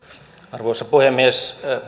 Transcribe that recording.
arvoisa puhemies